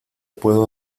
puedo